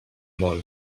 vol